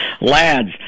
lads